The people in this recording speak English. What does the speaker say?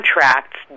contracts